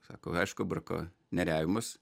sako aišku brako nieriavimas